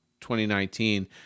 2019